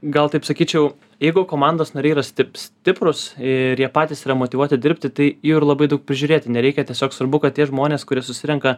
gal taip sakyčiau jeigu komandos nariai yra stip stiprūs ir jie patys yra motyvuoti dirbti tai jų ir labai daug prižiūrėti nereikia tiesiog svarbu kad tie žmonės kurie susirenka